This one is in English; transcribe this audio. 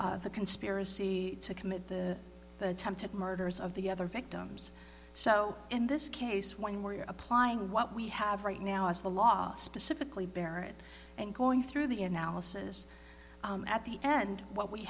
the conspiracy to commit the attempted murders of the other victims so in this case one where you're applying what we have right now as the law specifically barrett and going through the analysis at the end what we